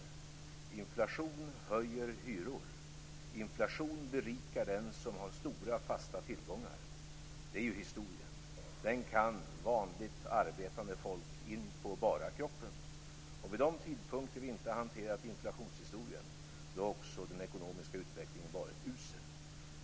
Inflation höjer hyror. Inflation berikar den som har stora fasta tillgångar. Det är historien. Den kan vanligt arbetande folk in på bara kroppen. Vid de tidpunkter då vi inte har hanterat inflationshistorien har också den ekonomiska utvecklingen varit usel.